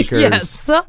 Yes